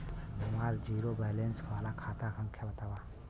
हमार zero balance वाला खाता संख्या वतावा?